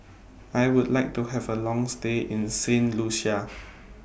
I Would like to Have A Long stay in Saint Lucia